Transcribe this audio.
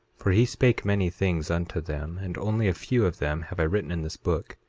for he spake many things unto them and only a few of them have i written in this book,